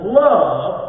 love